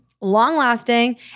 long-lasting